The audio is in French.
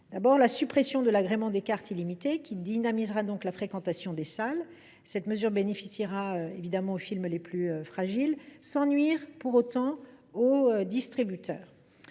d’abord, la suppression de l’agrément pour les cartes illimitées dynamisera la fréquentation des salles. Cette mesure bénéficiera évidemment aux films les plus fragiles, sans pour autant nuire aux distributeurs.